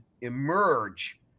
emerge